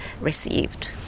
received